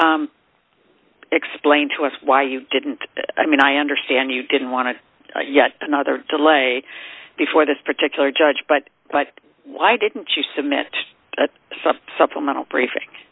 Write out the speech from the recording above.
you explain to us why you didn't i mean i understand you didn't want to yet another delay before this particular judge but but why didn't you submit some supplemental briefi